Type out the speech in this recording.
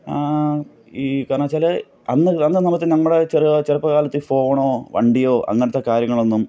ഈ കാരണം വെച്ചാൽ അന്ന് അന്ന് ഇതേപോലെ നമ്മുടെ ചെറുപ്പകാലത്ത് ഈ ഫോണോ വണ്ടിയോ അങ്ങനത്തെ കാര്യങ്ങളൊന്നും